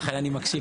לכן אני מקשיב.